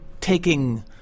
taking